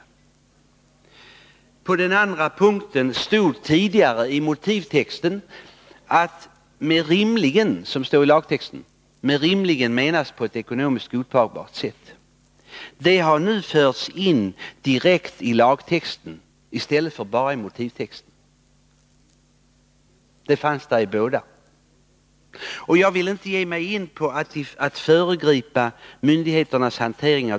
Vidare stod det tidigare i motivtexten att det med ordet ”rimligen”, som fanns i lagtexten, menades på ett ekonomiskt godtagbart sätt. Det har nu förts in direkt i lagtexten. Men uppgiften finns där i båda fallen. Jag vill inte ge mig in på att föregripa myndigheternas hantering.